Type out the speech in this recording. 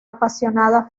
apasionada